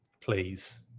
please